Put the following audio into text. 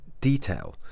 detail